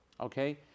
Okay